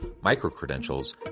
micro-credentials